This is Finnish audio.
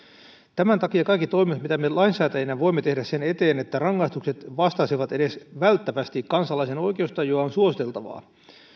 tämän takia kaikki toimet mitä me lainsäätäjinä voimme tehdä sen eteen että rangaistukset vastaisivat edes välttävästi kansalaisen oikeustajua ovat suositeltavia